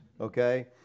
Okay